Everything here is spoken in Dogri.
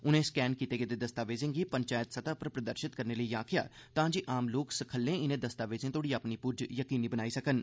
उनें स्कैन कीते गेदे दस्तावेज़ें गी पंचैत सतह उप्पर प्रदर्शित लेई आखेआ तांजे आम लोक सखल्लें इनें दस्तावेज़ें तोहड़ी अपनी पुज्ज यकीनी बनाई सकन